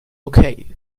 okay